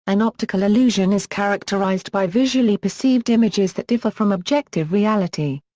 an optical illusion is characterized by visually perceived images that differ from objective reality.